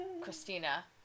Christina